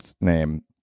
name